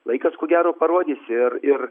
laikas ko gero parodys ir ir